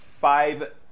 five